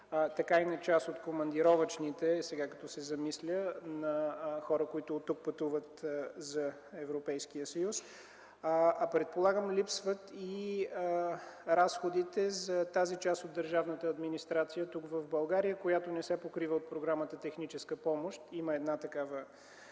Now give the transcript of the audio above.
така и на част от командировъчните на хора, които оттук пътуват за Европейския съюз. Предполагам, липсват и разходите за тази част от държавната администрация в България, която не се покрива от програмата „Техническа помощ”. Има една част,